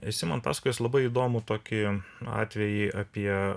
esi man pasakojęs labai įdomu tokį atvejį apie